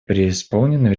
преисполнены